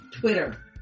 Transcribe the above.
Twitter